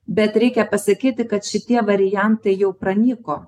bet reikia pasakyti kad šitie variantai jau pranyko